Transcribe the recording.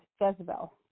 Jezebel